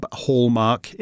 hallmark